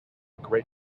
great